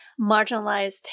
marginalized